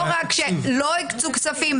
לא רק שלא הקצו כספים,